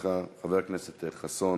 חבר הכנסת חסון,